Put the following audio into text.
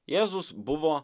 jėzus buvo